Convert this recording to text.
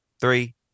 three